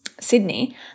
sydney